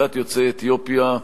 קהילת יוצאי אתיופיה,